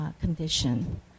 condition